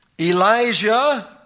Elijah